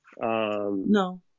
No